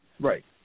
Right